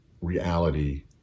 reality